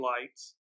lights